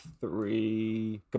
three